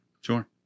sure